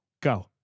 Go